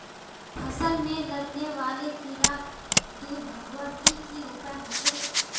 फसल में लगने वाले कीड़ा क दूर भगवार की की उपाय होचे?